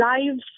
lives